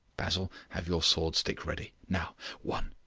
basil, have your sword-stick ready. now one,